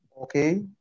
Okay